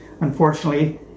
Unfortunately